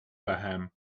vähem